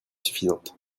suffisante